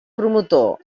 promotor